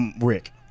Rick